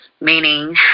meaning